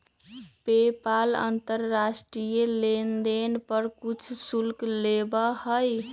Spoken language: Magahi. पेपाल अंतर्राष्ट्रीय लेनदेन पर कुछ शुल्क लेबा हई